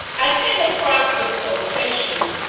i came across this quotation